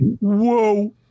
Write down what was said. Whoa